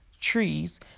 trees